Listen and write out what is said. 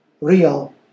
real